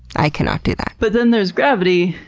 i cannot do that. but then there's gravity,